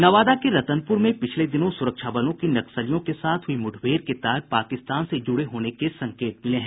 नवादा के रतनपूर में पिछले दिनों सुरक्षा बलों की नक्सलियों के साथ हुई मुठभेड़ के तार पाकिस्तान से जुड़े होने के संकेत मिले हैं